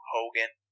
Hogan